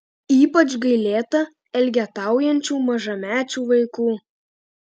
ypač gailėta elgetaujančių mažamečių vaikų